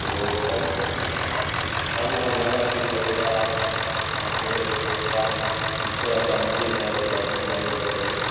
तो कब कब वहाँ जाना ठीक रहेगा वहाँ पर क्या किस तरह का मंदिर है थोड़ा उसके बारे में बताइए